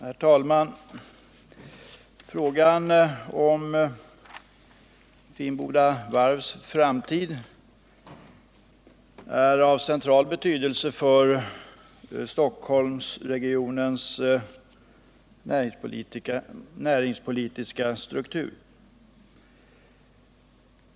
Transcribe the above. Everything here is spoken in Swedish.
Herr talman! Frågan om Finnboda varvs framtid är av central betydelse för Stockholmsregionens näringspolitiska struktur.